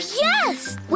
yes